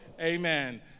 Amen